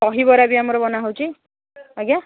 ଦହିବରା ବି ଆମର ବନା ହେଉଛି ଆଜ୍ଞା